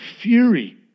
fury